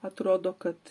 atrodo kad